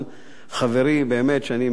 שאני באמת מאוד מעריך ומוקיר,